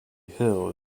hill